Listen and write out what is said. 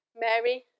Mary